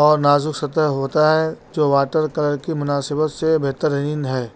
اور نازک سطح ہوتا ہے جو واٹر کلر کی مناسبت سے بہترین ہے